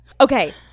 Okay